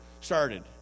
started